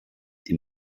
die